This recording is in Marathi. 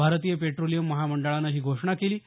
भारतीय पेट्रोलियम महामंडळानं ही घोषणा केली आहे